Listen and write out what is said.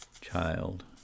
child